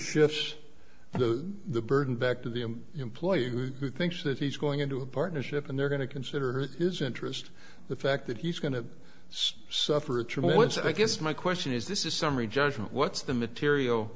shifts the burden back to the employer who thinks that he's going into a partnership and they're going to consider his interest the fact that he's going to suffer a tremendous i guess my question is this is summary judgment what's the material